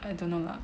I don't know lah